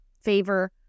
favor